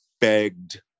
begged